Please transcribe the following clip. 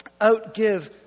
outgive